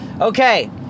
Okay